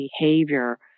behavior